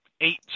eight